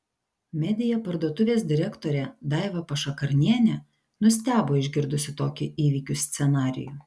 media parduotuvės direktorė daiva pašakarnienė nustebo išgirdusi tokį įvykių scenarijų